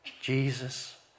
Jesus